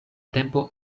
tempo